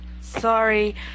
Sorry